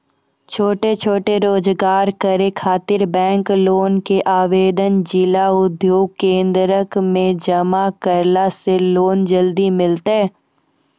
छोटो छोटो रोजगार करै ख़ातिर बैंक लोन के आवेदन जिला उद्योग केन्द्रऽक मे जमा करला से लोन जल्दी मिलतै?